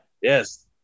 Yes